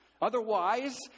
Otherwise